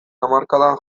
hamarkadan